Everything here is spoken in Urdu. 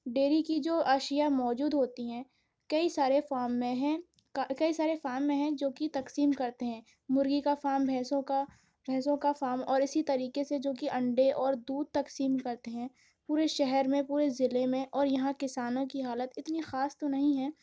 ڈیری کی جو اشیا موجود ہوتی ہیں کئی سارے فام میں ہیں کئی سارے فام میں ہیں جوکہ تقسیم کرتے ہیں مرغی کا فارم بھینسوں کا بھینسوں کا فام اور اسی طریقے سے جوکہ انڈے اور دودھ تقسیم کرتے ہیں پورے شہر میں پورے ضلع میں اور یہاں کسانوں کی حالت اتنی خاص تو نہیں ہے